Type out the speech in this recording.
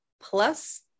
plus